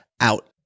out